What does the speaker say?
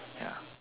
ya